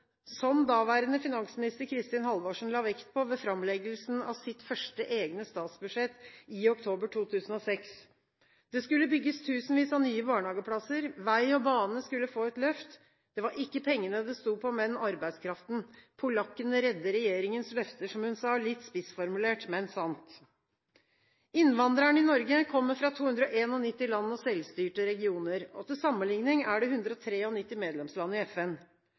som daværende finansminister Kristin Halvorsen la vekt på ved framleggelsen av sitt første egne statsbudsjett i oktober 2006. Det skulle bygges tusenvis av nye barnehageplasser, vei og bane skulle få et løft. Det var ikke pengene det sto på, men arbeidskraften. «Polakkene redder regjeringens løfter», skal hun ha sagt, litt spissformulert, men sant. Innvandrerne i Norge kommer fra 291 land og selvstyrte regioner. Til sammenligning er det 193 medlemsland i FN.